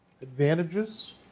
Advantages